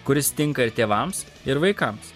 kuris tinka ir tėvams ir vaikams